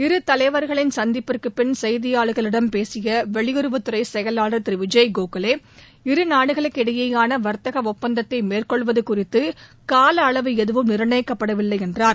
இரு தலைவர்களின் சந்திப்பிற்கு பின் செய்தியாளர்களிடம் பேசிய வெளியுறவுத் துறை செயலாளர் திரு விஜய் கோகலே இருநாடுகளுக்கு இடையேயான வர்த்தக ஒப்பந்தத்தை மேற்கொள்வது குறித்து கால அளவு எதுவும் நிர்ணயிக்கப்படவில்லை என்றார்